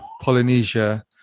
Polynesia